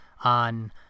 on